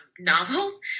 novels